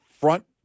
front